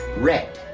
red.